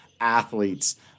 athletes